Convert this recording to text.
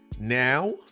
Now